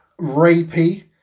rapey